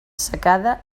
secada